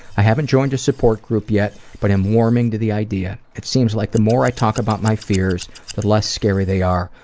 i haven't joined a support group yet but am warming to the idea. it seems like the more i talk about my fears, the less scary they are,